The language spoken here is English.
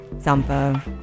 Zampa